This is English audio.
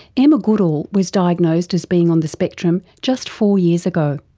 emma goodall was diagnosed as being on the spectrum just four years ago.